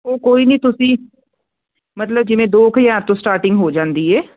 ਉਹ ਕੋਈ ਨਹੀਂ ਤੁਸੀਂ ਮਤਲਬ ਜਿਵੇਂ ਦੋ ਕ ਹਜਾਰ ਤੋਂ ਤੋਂ ਸਟਾਰਟਿੰਗ ਹੋ ਜਾਂਦੀ ਹ